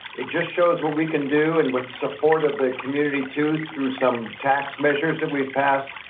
it just shows what we can do and with the support of the community too, through some tax measures that we've passed,